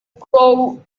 grow